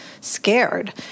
scared